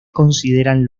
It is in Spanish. consideran